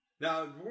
now